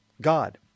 God